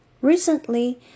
Recently